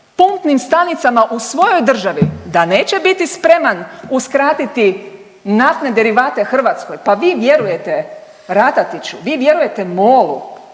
pumpnih stanicama u svojoj državi, da neće biti spreman uskratiti naftne derivate Hrvatskoj? Pa vi vjerujete Rataticsu? Vi vjerujete MOL-u?